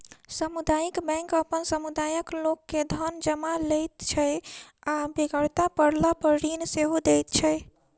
सामुदायिक बैंक अपन समुदायक लोक के धन जमा लैत छै आ बेगरता पड़लापर ऋण सेहो दैत छै